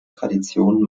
traditionen